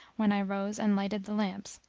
when i rose and lighted the lamps,